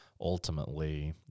ultimately